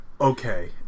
okay